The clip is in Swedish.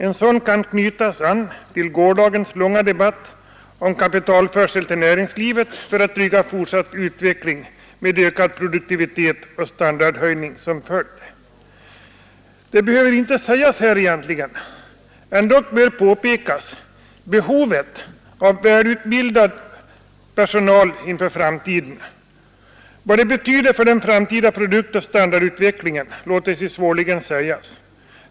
En sådan kan knytas an till gårdagens långa debatt om kapitaltillförsel till näringslivet för att trygga fortsatt utveckling med ökad produktivitet och standardhöjning som följd. Det borde inte behöva sägas här egentligen — ändock vill jag påpeka behovet av välutbildad personal inför framtiden. Vad det betyder för den framtida produktoch standardutvecklingen låter sig svårligen sägas.